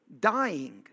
dying